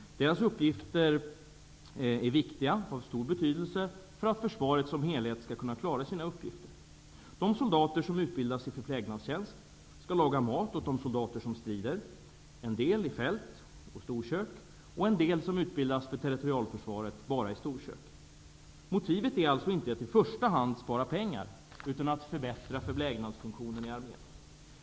Deras uppgifter är viktiga och av avgörande betydelse för att försvaret som helhet skall kunna klara sina uppgifter. De soldater som utbildas i förplägnadstjänst lagar mat, en del både i fält och i storkök och en del, som utbildas för territorialförsvaret, bara i storkök. Motivet är inte att i första hand spara pengar, utan det är att förbättra förplägnadsfunktionen i armén.